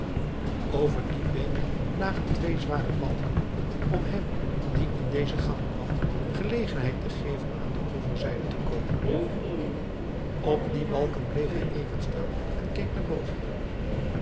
over die beek lagen twee zware balken om hem die in deze gang kwam gelegenheid te geven aan de overzijde te komen op die balken bleef hij even staan en keek naar boven